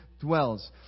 dwells